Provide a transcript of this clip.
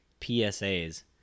PSAs